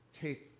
Take